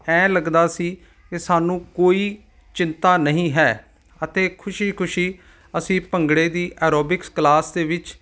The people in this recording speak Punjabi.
ਐ ਲੱਗਦਾ ਸੀ ਕਿ ਸਾਨੂੰ ਕੋਈ ਚਿੰਤਾ ਨਹੀਂ ਹੈ ਅਤੇ ਖੁਸ਼ੀ ਖੁਸ਼ੀ ਅਸੀਂ ਭੰਗੜੇ ਦੀ ਆਰੋਬਿਕਸ ਕਲਾਸ ਦੇ ਵਿੱਚ